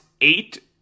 eight